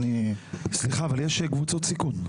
סליחה, אבל כן יש קבוצות סיכון.